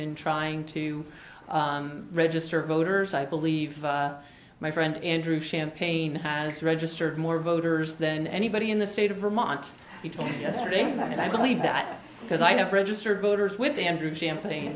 in trying to register voters i believe my friend andrew champagne has registered more voters than anybody in the state of vermont he told me yesterday and i believe that because i have registered voters with a hundred champaign